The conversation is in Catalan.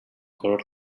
color